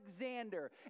Alexander